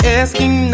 asking